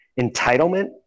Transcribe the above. entitlement